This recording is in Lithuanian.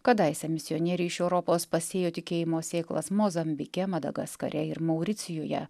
kadaise misionieriai iš europos pasėjo tikėjimo sėklas mozambike madagaskare ir mauricijuje